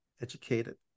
educated